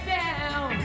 down